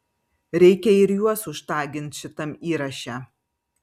reikia ir juos užtagint šitam įraše